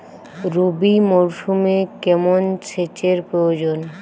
রবি মরশুমে কেমন সেচের প্রয়োজন?